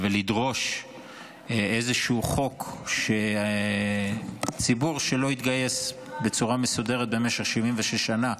ולדרוש איזשהו חוק שלפיו ציבור שלא התגייס בצורה מסודרת במשך 76 שנה,